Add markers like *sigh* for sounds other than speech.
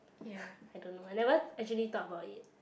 *breath* I don't know I never actually thought about it